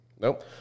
Nope